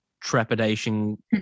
trepidation